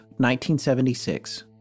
1976